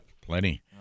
plenty